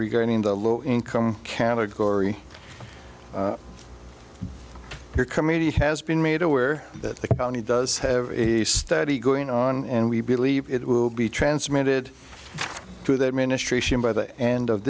regarding the low income category her community has been made aware that the county does have a study going on and we believe it will be transmitted to the administration by the end of